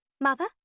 Mother